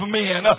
men